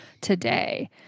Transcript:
today